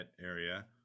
area